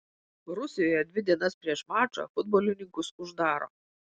rusijoje dvi dienas prieš mačą futbolininkus uždaro